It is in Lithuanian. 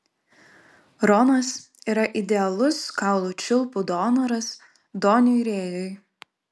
ronas yra idealus kaulų čiulpų donoras doniui rėjui